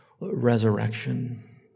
resurrection